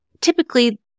typically